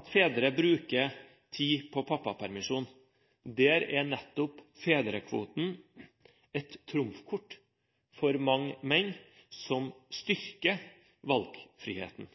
at fedre bruker tid på pappapermisjon, er nettopp fedrekvoten et trumfkort for mange menn – og som styrker valgfriheten.